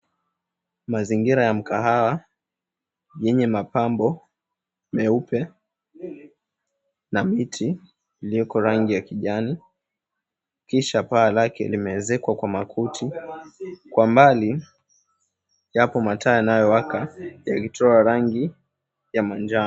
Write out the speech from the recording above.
Mazingira ya mkahawa yenye mapambo meupe na miti iliyoko rangi ya kijani, kisha paa lake limezekwa kwa makuti. Kwa mbali, yapo mataa yanayowaka yakitoa rangi ya manjano.